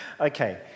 Okay